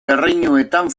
erreinuetan